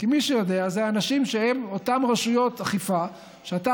כי מי שיודע זה אותן רשויות אכיפה שאתה